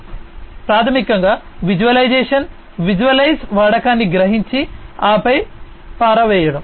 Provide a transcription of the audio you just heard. కాబట్టి ప్రాథమికంగా visualisation visualise వాడకాన్ని గ్రహించి ఆపై పారవేయడం